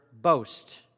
boast